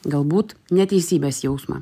galbūt neteisybės jausmą